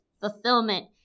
fulfillment